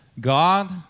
God